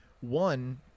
One